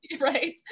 Right